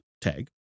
tag